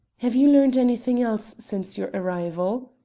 have you learned anything else since your arrival?